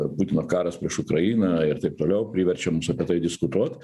putino karas prieš ukrainą ir taip toliau priverčia mus apie tai diskutuot